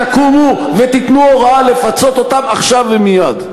תקומו ותיתנו הוראה לפצות אותם עכשיו ומייד.